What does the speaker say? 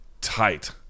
tight